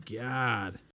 god